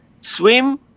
swim